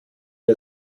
wir